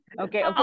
Okay